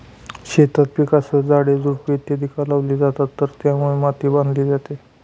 शेतात पिकांसह झाडे, झुडपे इत्यादि का लावली जातात तर त्यामुळे माती बांधली जाते